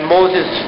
Moses